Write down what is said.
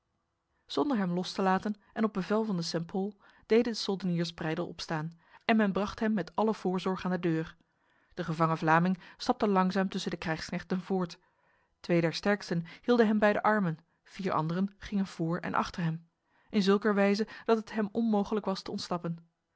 zonder hem los te laten en op bevel van de st pol deden de soldeniers breydel opstaan en men bracht hem met alle voorzorg aan de deur de gevangen vlaming stapte langzaam tussen de krijgsknechten voort twee der sterksten hielden hem bij de armen vier anderen gingen voor en achter hem in zulker wijze dat het hem onmogelijk was te ontsnappen